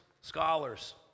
scholars